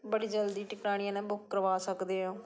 ਬੜੀ ਜਲਦੀ ਟਿਕਟ ਆਉਣੀ ਹੈ ਨਾ ਬੁੱਕ ਕਰਵਾ ਸਕਦੇ ਹਾਂ